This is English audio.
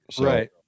Right